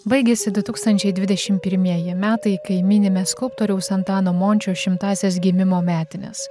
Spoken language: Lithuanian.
baigėsi du tūkstančiai dvidešim pirmieji metai kai minime skulptoriaus antano mončio šimtąsias gimimo metines